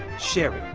share it.